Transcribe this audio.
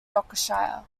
yorkshire